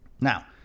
Now